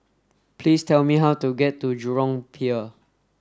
please tell me how to get to Jurong Pier